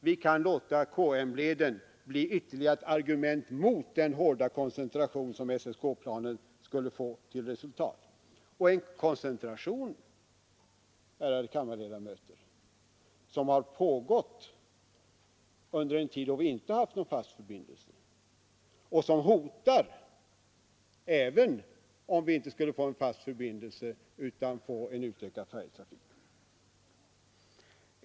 Vi kan låta KM-leden bli ett ytterligare argument mot den hårda koncentration som SSK-planen skulle få till resultat — en koncentration, ärade kammarledamöter, som har pågått under en tid då vi inte haft någon fast förbindelse och som hotar, även om vi inte skulle få en fast förbindelse utan en ökad färjetrafik.